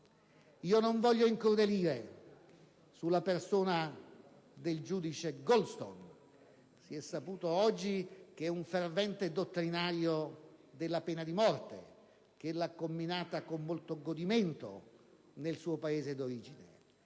Non voglio infierire sulla persona del giudice Richard Goldstone. Si è saputo oggi che è un fervente dottrinario della pena di morte, che ha comminato con molto godimento nel suo Paese di origine.